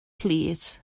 plîs